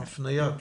הפניה כאילו?